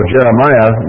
Jeremiah